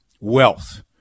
wealth